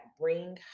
bring